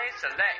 Select